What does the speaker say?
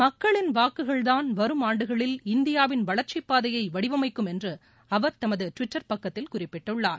மக்களின் வாக்குகள்தான் வரும் ஆண்டுகளில் இந்தியாவின் வளர்ச்சி பாதையை வடிவமைக்கும் என்று அவர் தமது டுவிட்டர் பக்கத்தில் குறிப்பிட்டுள்ளார்